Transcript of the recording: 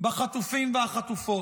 בחטופים ובחטופות.